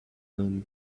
and